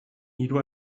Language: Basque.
hiru